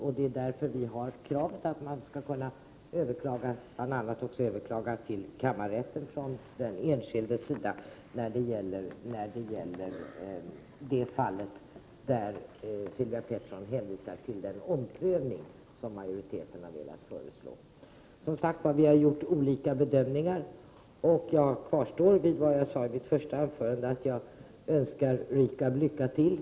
Vi har därför krävt att den enskilde bl.a. skall kunna överklaga till kammarrätten i de fall där utskottsmajoriteten föreslår en omprövning, vilket Sylvia Pettersson hänvisar till. Vi har som sagt gjort olika bedömningar, och jag står fast vid vad jag sade i mitt första anförande om att jag önskar RIKAB lycka till.